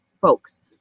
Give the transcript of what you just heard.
folks